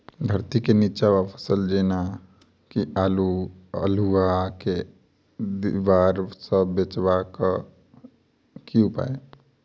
धरती केँ नीचा वला फसल जेना की आलु, अल्हुआ आर केँ दीवार सऽ बचेबाक की उपाय?